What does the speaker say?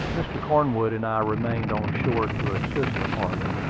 mr. cornwood and i remained on shore to assist the party.